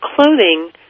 clothing